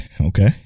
Okay